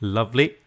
Lovely